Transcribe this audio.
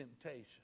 temptation